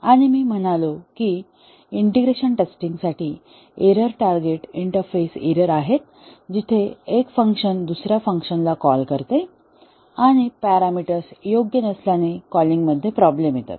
आणि मी म्हणालो की इंटिग्रेशन टेस्टिंग साठी एरर टार्गेट इंटरफेस एरर आहेत जिथे एक फंक्शन दुसर्या फंक्शनला कॉल करते आणि पॅरामीटर्स योग्य नसल्याने कॉलिंगमध्ये प्रॉब्लेम येतात